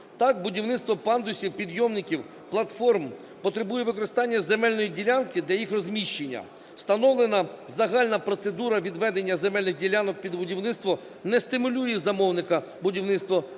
Так, будівництво пандусів, підйомників, платформ потребує використання земельної ділянки для їх розміщення. Встановлена загальна процедура відведення земельних ділянок під будівництво не стимулює замовника будівництва